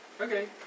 Okay